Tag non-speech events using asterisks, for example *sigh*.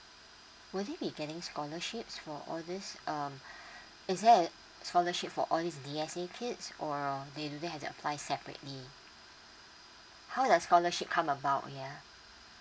will they be getting scholarships for all these um *breath* is there a scholarship for all these D_S_A kids or they do they had to apply separately how does the scholarship come about ya